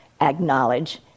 acknowledge